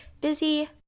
busy